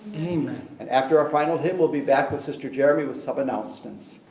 amen. and after our final hymn we'll be back with sister jeremy with some announcements.